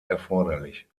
erforderlich